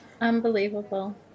Unbelievable